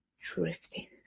drifting